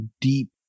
deep